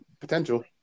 potential